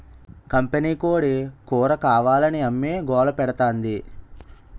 కంపినీకోడీ కూరకావాలని అమ్మి గోలపెడతాంది